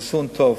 זה חיסון טוב.